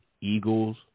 Eagles